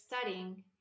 studying